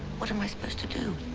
what am i supposed to do?